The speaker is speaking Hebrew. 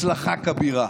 הצלחה כבירה.